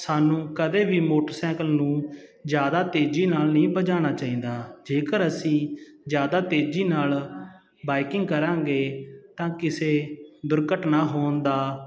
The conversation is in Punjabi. ਸਾਨੂੰ ਕਦੇ ਵੀ ਮੋਟਰਸਾਈਕਲ ਨੂੰ ਜ਼ਿਆਦਾ ਤੇਜ਼ੀ ਨਾਲ ਨਹੀਂ ਭਜਾਉਣਾ ਚਾਹੀਦਾ ਜੇਕਰ ਅਸੀਂ ਜ਼ਿਆਦਾ ਤੇਜ਼ੀ ਨਾਲ ਬਾਈਕਿੰਗ ਕਰਾਂਗੇ ਤਾਂ ਕਿਸੇ ਦੁਰਘਟਨਾ ਹੋਣ ਦਾ